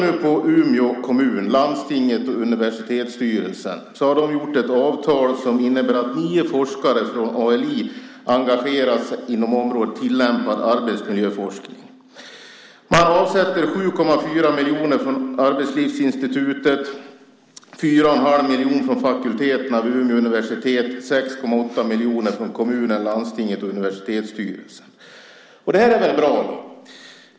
Umeå kommun, landstinget och universitetsstyrelsen, har gjort ett avtal som innebär att nio forskare från ALI engageras inom området tillämpad arbetsmiljöforskning. Man avsätter 7,4 miljoner från Arbetslivsinstitutet, 4,5 miljoner från fakulteterna vid Umeå universitet och 6,8 miljoner från kommunen, landstinget och universitetsstyrelsen. Det är väl bra.